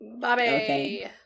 Bobby